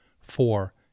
Four